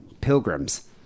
pilgrims